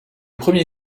premier